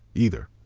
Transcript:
either.